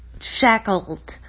shackled